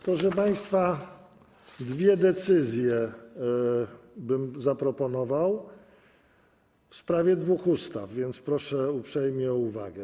Proszę państwa, dwie decyzje bym zaproponował, w sprawie dwóch ustaw, więc proszę uprzejmie o uwagę.